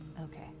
Okay